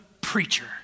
preacher